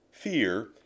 Fear